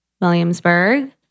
Williamsburg